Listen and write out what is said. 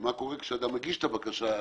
מה קורה כשאדם מגיש את הבקשה?